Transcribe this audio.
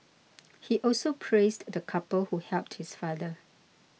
he also praised the couple who helped his father